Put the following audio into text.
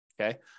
okay